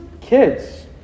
Kids